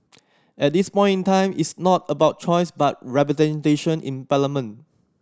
at this point in time it's not about choice but representation in parliament